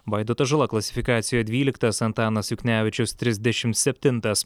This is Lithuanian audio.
vaidotas žala klasifikacijoje dvyliktas antanas juknevičius trisdešim septintas